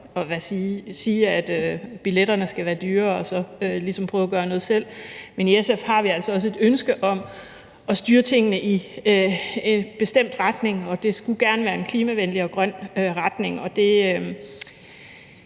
at sige, at billetterne skal være dyrere og så prøve at gøre noget selv. Men i SF har vi altså også et ønske om at styre tingene i en bestemt retning, og det skulle gerne være i en klimavenlig og grøn retning,